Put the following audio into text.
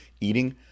eating